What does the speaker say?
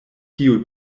tiu